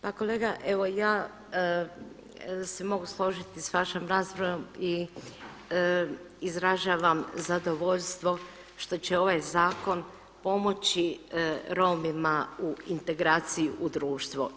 Pa kolega evo ja se mogu složiti sa vašom raspravom i izražavam zadovoljstvo što će ovaj zakon pomoći Romima u integraciji u društvo.